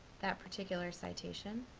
that particular citation.